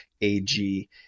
AG